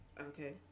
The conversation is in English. Okay